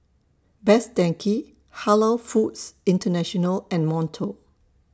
Best Denki Halal Foods International and Monto